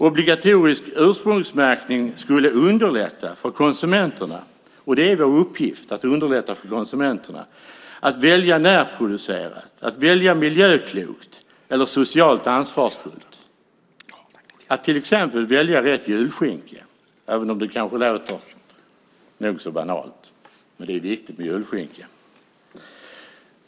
Obligatorisk ursprungsmärkning skulle underlätta för konsumenterna - och det är vår uppgift att underlätta för konsumenterna - att välja närproducerat, att välja miljöklokt eller socialt ansvarsfullt. Att till exempel kunna välja rätt julskinka är viktigt, även om det kan vara nog så banalt, men det är viktigt med julskinkan.